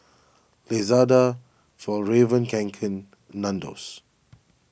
Lazada Fjallraven Kanken Nandos